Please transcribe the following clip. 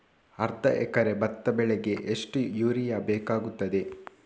ಅರ್ಧ ಎಕರೆ ಭತ್ತ ಬೆಳೆಗೆ ಎಷ್ಟು ಯೂರಿಯಾ ಬೇಕಾಗುತ್ತದೆ?